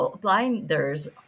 blinders